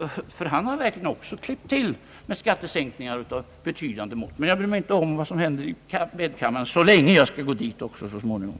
också han har klippt till med skattesänkningar av betydande mått. Men jag bryr mig just inte om vad som händer i medkammaren; jag skall gå dit också så småningom.